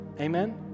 Amen